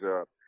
up